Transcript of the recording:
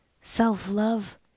Self-love